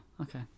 okay